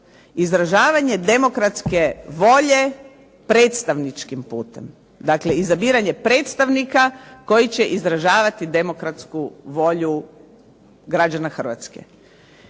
Izražavanje demokratske volje predstavničkim putem. Dakle, izabiranje predstavnika koji će izražavati demokratsku volju građana Hrvatske.